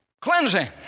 Cleansing